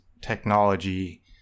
technology